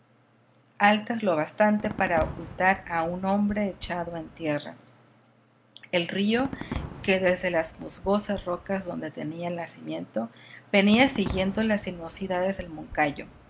altas lo bastante para ocultar a un hombre echado en tierra el río que desde las musgosas rocas donde tenía el nacimiento venía siguiendo las sinuosidades del moncayo